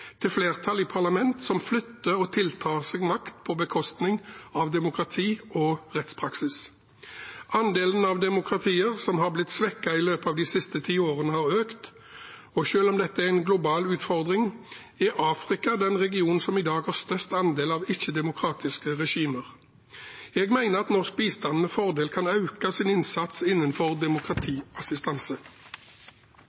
flertall i parlament som flytter og tiltar seg makt på bekostning av demokrati og rettspraksis. Andelen demokratier som har blitt svekket i løpet av de siste ti årene, har økt, og selv om dette er en global utfordring, er Afrika den regionen som i dag har størst andel av ikke-demokratiske regimer. Jeg mener at norsk bistand med fordel kan øke sin innsats innenfor demokratiassistanse. Et sterkt sivilsamfunn og frie medier er forutsetninger for et levende demokrati,